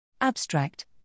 Abstract